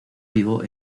vivo